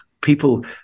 people